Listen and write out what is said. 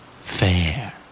Fair